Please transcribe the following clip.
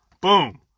Boom